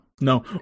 No